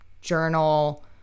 journal